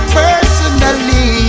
personally